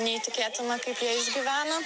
neįtikėtina kaip jie išgyveno